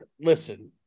Listen